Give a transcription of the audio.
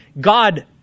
God